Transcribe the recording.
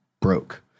broke